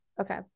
okay